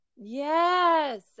Yes